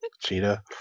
cheetah